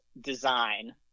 design